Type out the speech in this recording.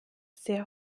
sehr